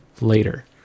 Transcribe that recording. later